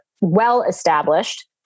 well-established